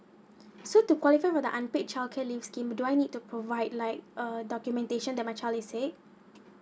so to qualify with the unpaid childcare leave scheme do I need to provide like a documentation that my child is sick